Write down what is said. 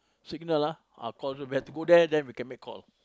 signal ah ah call zone we have go there then we can make call